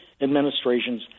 administrations